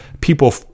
people